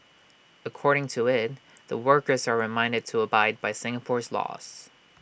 according to IT the workers are reminded to abide by Singapore's laws